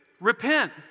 Repent